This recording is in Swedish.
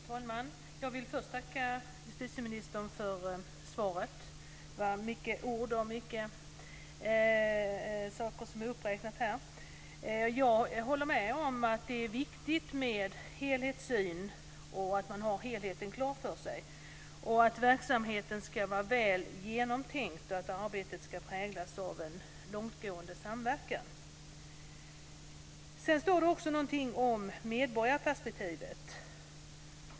Fru talman! Jag vill först tacka justitieministern för svaret. Det innehöll mycket ord och uppräkningar. Jag håller med om att det är viktigt med en helhetssyn och att man har helheten klar för sig. Verksamheten ska vara väl genomtänkt, och arbetet ska präglas av en långtgående samverkan. Sedan står det också någonting om medborgarperspektivet.